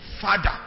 father